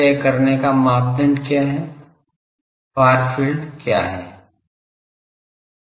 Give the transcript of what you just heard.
तय करने का मापदंड क्या है फार फील्ड क्या है